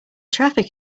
traffic